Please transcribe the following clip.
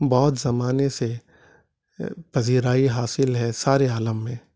بہت زمانے سے پذیرائی حاصل ہے سارے عالم میں